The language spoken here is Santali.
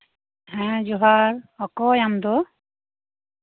ᱦᱮᱸ ᱡᱚᱦᱟᱨ ᱚᱠᱚᱭ ᱟᱢᱫᱚ